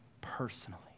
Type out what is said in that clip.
personally